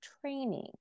training